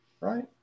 right